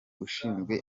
ushinzwe